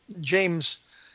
James